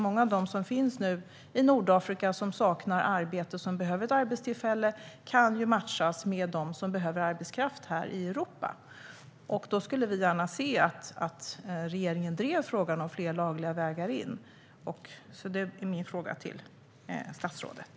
Många av dem som nu finns i Nordafrika, som saknar arbete och som behöver ett arbete, kan ju matchas med dem som behöver arbetskraft här i Europa. Då skulle vi gärna se att regeringen driver frågan om fler lagliga vägar in. Det är min fråga till statsrådet.